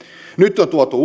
nyt on tuotu